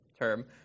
term